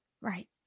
Right